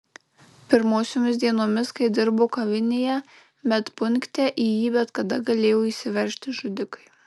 pirmosiomis dienomis kai dirbo kavinėje medpunkte į jį bet kada galėjo įsiveržti žudikai